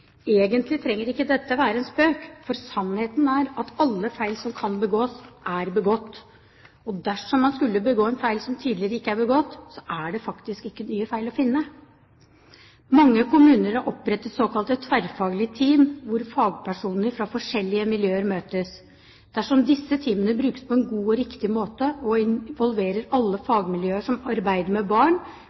egentlig trenger ikke dette å være en spøk, for sannheten er at alle feil som kan begås, er begått. Og dersom man skulle begå en feil som tidligere ikke er begått, er det faktisk ikke nye feil å finne. Mange kommuner har opprettet såkalte tverrfaglige team, hvor fagpersoner fra forskjellige miljøer møtes. Dersom disse teamene brukes på en god og riktig måte og involverer alle fagmiljøer som arbeider med barn,